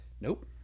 Nope